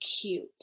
cute